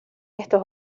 estos